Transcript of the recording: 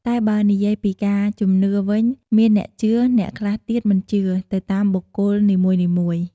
តែបើនិយាយពីការជំនឿវិញមានអ្នកជឿ អ្នកខ្លះទៀតមិនជឿ ទៅតាមបុគ្គលនីមួយៗ។